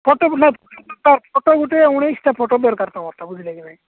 photo photo ଗୋଟେ ଉଣେଇଶଟା photo ଦରକାର ତୁମର ବୁଝିଲେକି ନାହିଁ